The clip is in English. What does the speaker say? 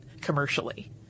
commercially